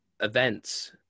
events